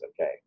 okay